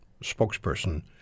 spokesperson